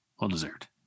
Well-deserved